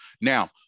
Now